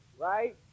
Right